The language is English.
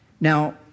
Now